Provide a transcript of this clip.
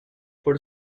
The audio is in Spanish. por